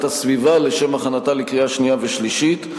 הסביבה לשם הכנתה לקריאה השנייה והשלישית.